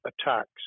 attacks